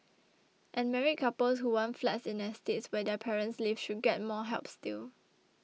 and married couples who want flats in estates where their parents live should get more help still